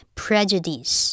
prejudice